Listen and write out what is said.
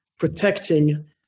protecting